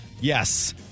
Yes